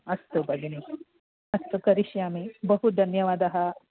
अस्तु भगिनी अस्तु करिष्यामि बहु धन्यवादः